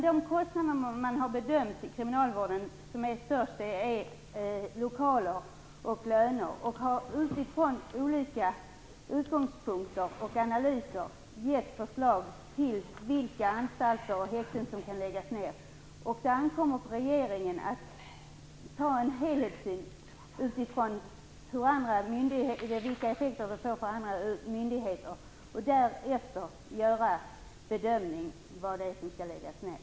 De kostnader man där har bedömt vara störst är lokaler och löner. Man har också utifrån olika utgångspunkter och analyser gett förslag till vilka anstalter och häkten som kan läggas ner. Det ankommer på regeringen att ta ställning till detta utifrån vilka effekter det får på andra myndigheter och därefter göra en bedömning av vad som skall läggas ner.